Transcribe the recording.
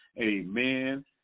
amen